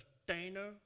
sustainer